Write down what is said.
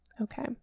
Okay